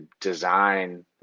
design